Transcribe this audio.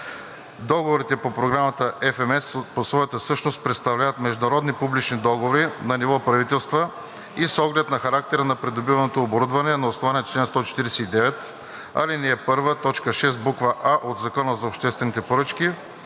Договорите по Програмата FMS по своята същност представляват международни публични договори на ниво правителства и с оглед на характера на придобиваното оборудване, на основание чл. 149, ал. 1, т. 6, буква „а“ от Закона за обществените поръчки,